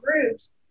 groups